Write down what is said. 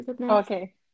Okay